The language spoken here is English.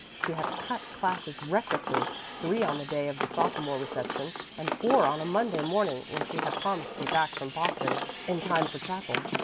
she had cut classes recklessly three on the day of the sophomore reception, and four on a monday morning when she had promised to be back from boston in time for chapel.